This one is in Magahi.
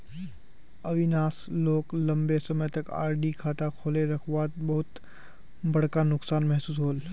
अविनाश सोक लंबे समय तक आर.डी खाता खोले रखवात बहुत बड़का नुकसान महसूस होल